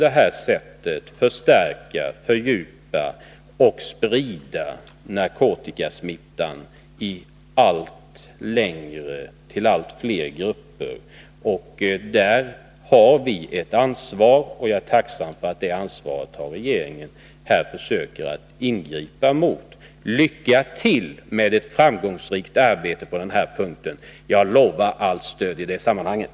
Därigenom sprids och fördjupas narkotikasmittan inom allt fler grupper. Där har vi ett ansvar, och jag är tacksam för att regeringen försöker attingripa på den punkten. Jag önskar lycka till med ett framgångsrikt arbete på denna punkt. Jag lovar allt stöd i det sammanhanget.